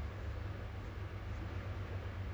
it's more of like um